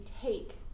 take